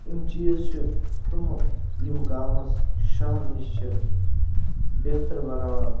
یِم چیٖز چھِ تِمہٕ یِم گامَس شہر نِش چھِ بہتر بَناوان